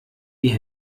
die